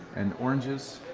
and oranges.